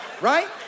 right